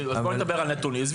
בואי נדבר על נתונים.